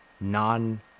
non